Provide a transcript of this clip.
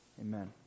amen